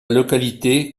localité